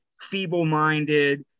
feeble-minded